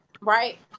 right